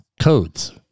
codes